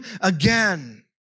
again